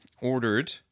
ordered